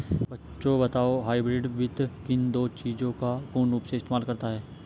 बच्चों बताओ हाइब्रिड वित्त किन दो चीजों का पूर्ण रूप से इस्तेमाल करता है?